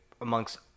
amongst